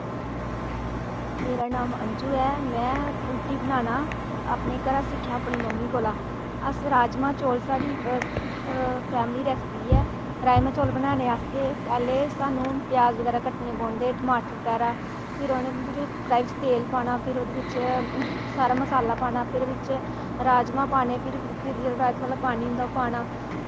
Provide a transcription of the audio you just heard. मेरा नांऽ अंजू ऐ में रुट्टी बनाना अपने घरा सिक्खेआ अपनी मम्मी कोला अस राजमाह् चौल साढ़ी फैमली रहती है राजमाह् चौल बनाने आस्तै पैह्लें सानूं प्याज बगैरा कट्टने पौंदे ते टमाटर बगैरा फिर उ'नें गी फिर कड़ाही च तेल पाना फिर ओह्दे बिच्च सारा मसाला पाना फिर बिच्च राजमांह् पाने फिर राजमाह् आह्ला पानी होंदा ओह् पाना